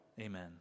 Amen